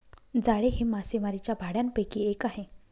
जाळे हे मासेमारीच्या भांडयापैकी एक आहे